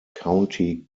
county